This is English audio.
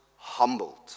Humbled